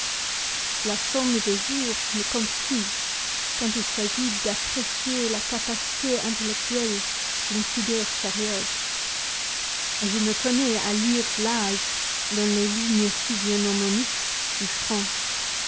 la somme des jours ne compte plus quand il s'agit d'apprécier la capacité intellectuelle d'une figure sérieuse je me connais à lire l'âge dans les lignes physiognomoniques du front